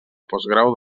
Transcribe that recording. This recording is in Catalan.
postgrau